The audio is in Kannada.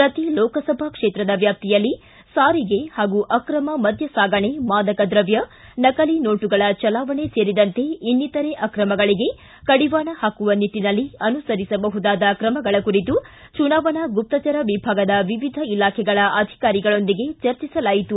ಪ್ರತಿ ಲೋಕಸಭಾ ಕ್ಷೇತ್ರದ ವ್ಯಾಪ್ತಿಯಲ್ಲಿ ಸಾರಿಗೆ ಹಾಗೂ ಅಕ್ರಮ ಮದ್ದ ಸಾಗಣೆ ಮಾದಕ ದ್ರವ್ಯ ನಕಲಿ ನೋಟುಗಳ ಚಲಾವಣೆ ಸೇರಿದಂತೆ ಇನ್ನಿತರೆ ಅಕ್ರಮಗಳಿಗೆ ಕಡಿವಾಣ ಹಾಕುವ ನಿಟ್ಟಿನಲ್ಲಿ ಅನುಸರಿಸಬಹುದಾದ ಕ್ರಮಗಳ ಕುರಿತು ಚುನಾವಣಾ ಗುಪ್ತಚರ ವಿಭಾಗದ ವಿವಿಧ ಇಲಾಖೆಗಳ ಅಧಿಕಾರಿಗಳೊಂದಿಗೆ ಚರ್ಚಿಸಲಾಯಿತು